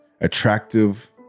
attractive